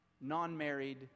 non-married